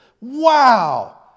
Wow